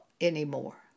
anymore